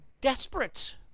desperate